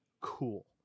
cool